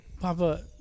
Papa